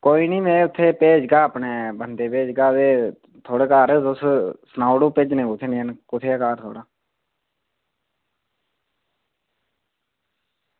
कोई निं में इत्थै भेजगा अपने बंदे भेजगा ते थुआढ़े घर ते तुस सनाई ओड़ेओ भेजने कुत्थै ते घर कुत्थै न थुआढ़े